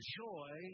joy